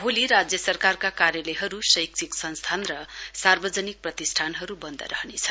भोलि राज्य सरकारका कार्यालयहरू शैक्षिक संस्थान र सार्वजनिक प्रतिष्ठानहरू बन्द रहनेछ